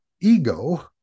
ego